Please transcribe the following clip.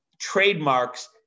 trademarks